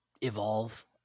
evolve